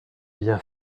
bien